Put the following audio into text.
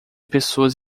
pessoas